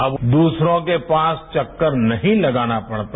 अब दूसरों के पास चक्कर नहीं लगाना पड़ता